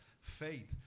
faith